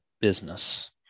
business